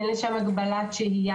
מבלי שיש שם הגבלת שהייה,